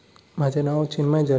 म्हजें नांव चिन्मयी जल्मी